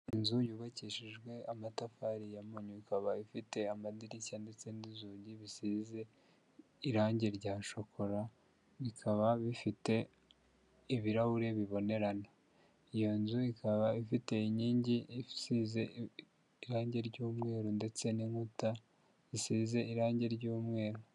Inzu yubakishijwe amatafari ya mpunyu, ikaba ifite amadirishya ndetse n'inzugi bisize irangi rya shokora, bikaba bifite ibirahure bibonerana. Iyo nzu ikaba ifite inkingi zisize irangi ry'umweru ndetse n'inkuta zisize irangi ry'umweru.